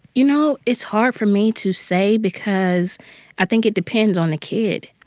you know, it's hard for me to say because i think it depends on the kid.